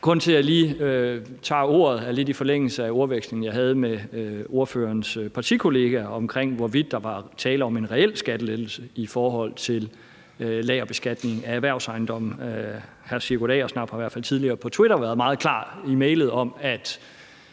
jeg lige tager ordet, er ordvekslingen, jeg havde med ordførerens partikollega, om, hvorvidt der var tale om en reel skattelettelse i forhold til lagerbeskatning af erhvervsejendomme. Hr. Sigurd Agersnap har i hvert fald tidligere på Twitter været meget klar i mælet om,